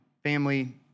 family